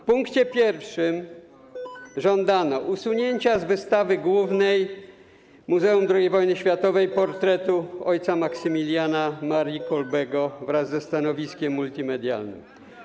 W punkcie pierwszym żądano usunięcia z wystawy głównej Muzeum II Wojny Światowej portretu o. Maksymiliana Marii Kolbego wraz ze stanowiskiem multimedialnym.